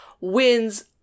wins